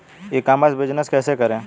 ई commerce business कैसे करें?